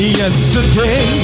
yesterday